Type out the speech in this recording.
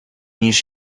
niż